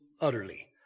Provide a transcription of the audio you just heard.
utterly